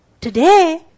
today